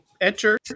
enter